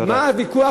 מה הוויכוח?